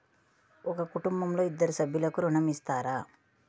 ఒక కుటుంబంలో ఇద్దరు సభ్యులకు ఋణం ఇస్తారా?